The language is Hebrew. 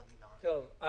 חלילה --- טוב.